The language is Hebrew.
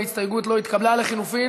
ההסתייגות לא התקבלה.